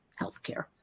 healthcare